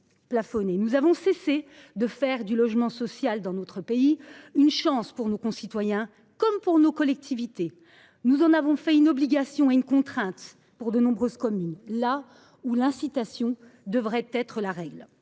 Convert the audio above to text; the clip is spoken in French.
Nous avons cessé de faire du logement social une chance pour nos concitoyens comme pour nos collectivités. Nous en avons fait une obligation et une contrainte pour de nombreuses communes, là où l’incitation devrait être la règle.